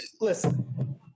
Listen